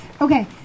Okay